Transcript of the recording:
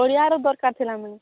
ଓଡ଼ିଆର ଦରକାର୍ ଥିଲା ମ୍ୟାମ୍